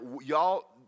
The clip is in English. y'all